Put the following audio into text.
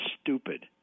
stupid –